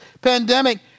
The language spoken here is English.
pandemic